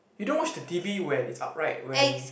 you don't watch the T_V when it's upright when